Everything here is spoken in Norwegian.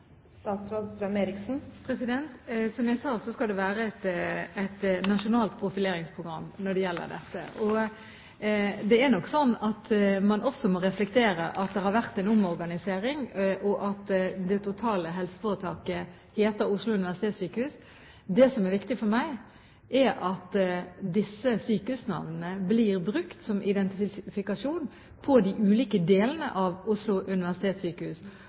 Som jeg sa, skal det være et nasjonalt profileringsprogram når det gjelder dette, og det er nok slik at man også må reflektere at det har vært en omorganisering, og at det totale helseforetaket heter Oslo universitetssykehus. Det som er viktig for meg, er at disse sykehusnavnene blir brukt som identifikasjon på de ulike delene av Oslo universitetssykehus,